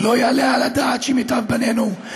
לא יעלה על הדעת שמיטב בנינו,